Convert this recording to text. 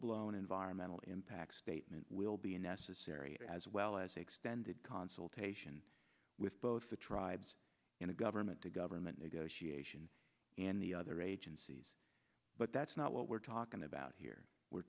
blown environmental impact statement will be necessary as well as extended consultation with both the tribes and a government to government negotiation and the other agencies but that's not what we're talking about here we're